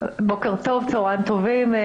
בוקר טוב, צהריים טובים.